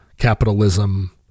capitalism